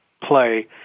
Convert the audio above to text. play